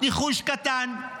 ניחוש קטן?